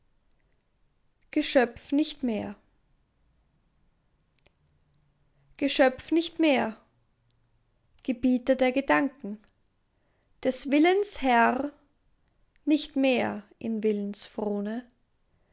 geschöpf nicht mehr geschöpf nicht mehr gebieter der gedanken des willens herr nicht mehr in willens frone